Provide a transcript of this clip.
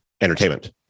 entertainment